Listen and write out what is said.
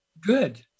Good